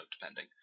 depending